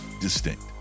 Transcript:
distinct